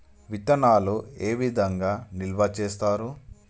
విత్తనాలు ఏ విధంగా నిల్వ చేస్తారు?